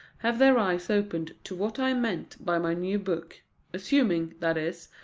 have their eyes opened to what i meant by my new book assuming, that is,